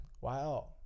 Wow